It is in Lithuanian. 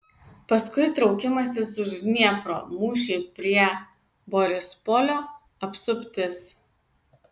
paskui traukimasis už dniepro mūšiai prie borispolio apsuptis